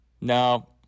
no